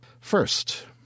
First